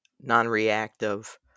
non-reactive